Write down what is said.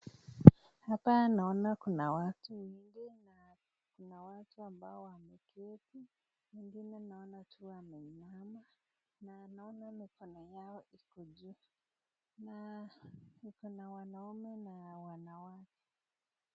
Hapa naona kuna watu wengi na kuna watu ambao wameketi watu wengine naonanwakiwa wameinama na naona mikono yao iko juu na iko na wanaume na wanawake.